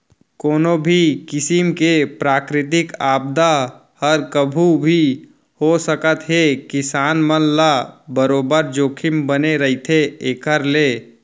कोनो भी किसिम के प्राकृतिक आपदा हर कभू भी हो सकत हे किसान मन ल बरोबर जोखिम बने रहिथे एखर ले